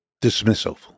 dismissal